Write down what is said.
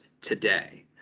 today